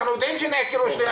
אנחנו יודעים שנעקרו שתי אנטנות.